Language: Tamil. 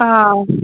ஆ